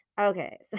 Okay